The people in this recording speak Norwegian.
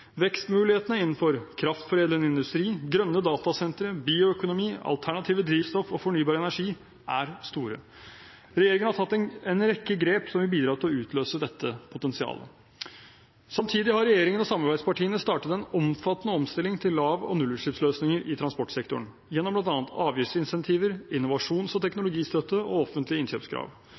Vekstmulighetene innenfor kraftforedlende industri, grønne datasentre, bioøkonomi, alternative drivstoff og fornybar energi er store. Regjeringen har tatt en rekke grep som vil bidra til å utløse dette potensialet. Samtidig har regjeringen og samarbeidspartiene startet en omfattende omstilling til lav- og nullutslippsløsninger i transportsektoren gjennom bl.a. avgiftsincentiver, innovasjons- og teknologistøtte og offentlige innkjøpskrav.